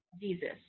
Jesus